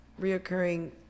reoccurring